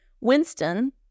Winston